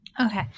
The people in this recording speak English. Okay